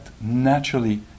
naturally